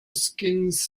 skins